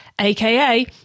aka